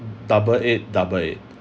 double eight double eight